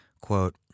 Quote